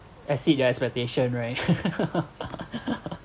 exceed your expectation right